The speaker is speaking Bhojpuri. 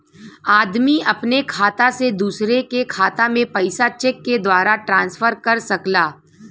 आदमी अपने खाता से दूसरे के खाता में पइसा चेक के द्वारा ट्रांसफर कर सकला